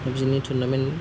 पाबजिनि tournament